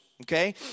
okay